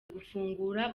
gufungura